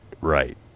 right